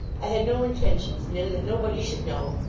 i had no intentions, mim, that nobody should know.